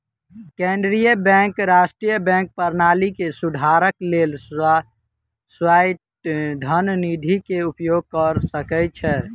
केंद्रीय बैंक राष्ट्रीय बैंक प्रणाली के सुधारक लेल स्वायत्त धन निधि के उपयोग कय सकै छै